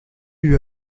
lui